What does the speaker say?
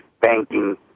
banking